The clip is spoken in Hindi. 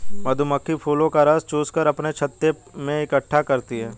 मधुमक्खी फूलों का रस चूस कर अपने छत्ते में इकट्ठा करती हैं